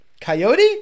Coyote